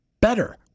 better